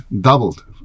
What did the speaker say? doubled